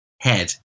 head